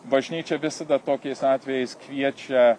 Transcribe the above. bažnyčia visada tokiais atvejais kviečia